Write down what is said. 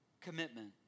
commitment